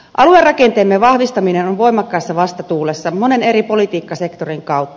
aluerakenteemme vahvistaminen on voimakkaassa vastatuulessa monen eri politiikkasektorin kautta